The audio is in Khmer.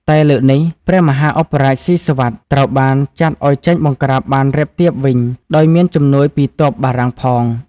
តែលើកនេះ ព្រះមហាឧបរាជស៊ីសុវត្ថិត្រូវបានចាត់ឱ្យចេញបង្ក្រាបបានរាបទាបវិញ ដោយមានជំនួយពីទ័ពបារាំងផង។